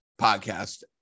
podcast